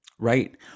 right